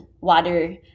water